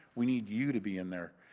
we need you to be in there.